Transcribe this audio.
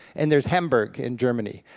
and there's hamburg in germany.